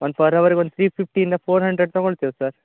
ಒಂದು ಫರ್ ಹವ್ರಿಗೆ ಒಂದು ತ್ರಿ ಫಿಫ್ಟಿ ಇಂದ ಫೋರ್ ಹಂಡ್ರೆಡ್ ತಗೋಳ್ತೇವೆ ಸರ್